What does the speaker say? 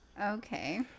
Okay